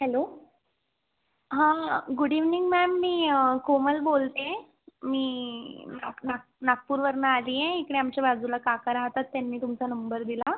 hello हा good evening ma'am मी कोमल बोलते आहे मी नाग नागपूरवरनं आली आहे इकडे आमच्या बाजूला काका राहतात त्यांनी तुमचा नंबर दिला